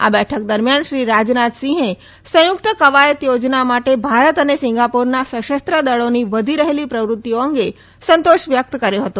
આ બેઠક દરમિયાન શ્રી રાજનાથસિંહે સંયુકત કવાયત યોજવા માટે ભારત અને સિંગાપુરના સશસ્ત્ર દળીની વધી રહેલી પ્રવૃતિઓ અંગે સંતોષ વ્યકત કર્યો હતો